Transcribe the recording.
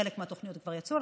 חלק מהתוכניות כבר יצאו.